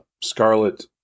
Scarlet